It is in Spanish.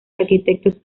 arquitectos